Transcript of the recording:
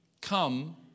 Come